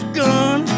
gun